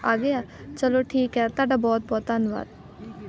ਆ ਗਏ ਆ ਚਲੋ ਠੀਕ ਆ ਤੁਹਾਡਾ ਬਹੁਤ ਬਹੁਤ ਧੰਨਵਾਦ